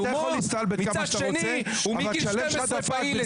מצד שני הוא מגיל 12 פעיל אצלו.